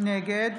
נגד